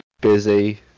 busy